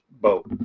boat